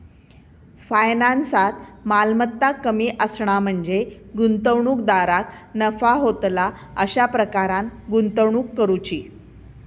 फायनान्सात, मालमत्ता कमी असणा म्हणजे गुंतवणूकदाराक नफा होतला अशा प्रकारान गुंतवणूक करुची